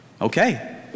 Okay